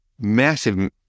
massive